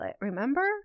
remember